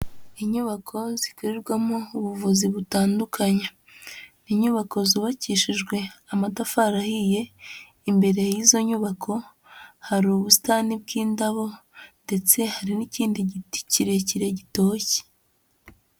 Inyubako zikorerwamo ubuvuzi butandukanye. Inyubako zubakishijwe amatafari ahiye, imbere y'izo nyubako hari ubusitani bw'indabo ndetse hari n'ikindi giti kirekire gitoshye.